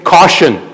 Caution